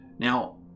Now